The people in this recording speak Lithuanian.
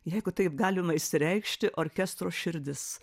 jeigu taip galima išsireikšti orkestro širdis